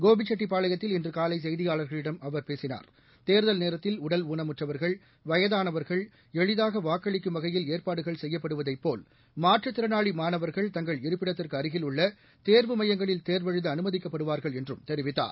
கோபிசெட்டிப்பாளையத்தில் இன்றுகாலைசெய்தியாளர்களிடம் பேசியஅவர் தேர்தல் நேரத்தில் உடல் ஊனமுற்றவர்கள் வயதாளவர்கள் எளிதாகவாக்களிக்கும் வகையில் ஏற்பாடுகள் செய்யப்படுவதைப் போல் திறனாளிமாணவர்கள் தங்கள் இருப்பிடத்திற்குஅருகில் உள்ளதேர்வு மையங்களில் மாற்றுத் தேர்வெழுதஅனுமதிக்கப்படுவார்கள் என்றுதெரிவித்தார்